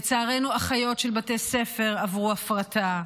לצערנו, אחיות של בתי ספר עברו הפרטה,